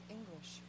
English